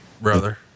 brother